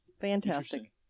Fantastic